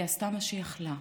היא עשתה מה שיכלה,